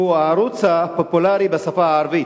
שהוא הערוץ הפופולרי בשפה הערבית,